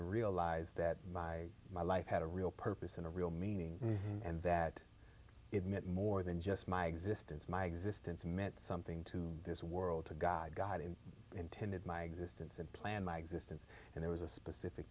realize that my my life had a real purpose and a real meaning and that it meant more than just my existence my existence meant something to this world to god god in intended my existence and planned my existence and there was a specific